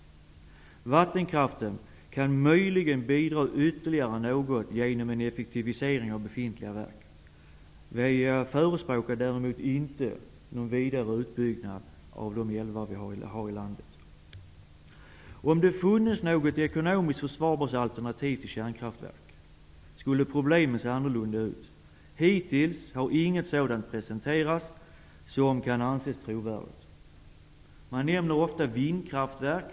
Vattenkraften kan möjligen bidra ytterligare med hjälp av effektivisering av befintliga verk. Vi förespråkar däremot inte vidare utbyggnad av de älvar som finns i landet. Om det funnes något ekonomiskt försvarbart alternativ till kärnkraftverk skulle problemet se annorlunda ut. Hittills har inget sådant presenterats som kan anses trovärdigt. Man nämner ofta vindkraftverk.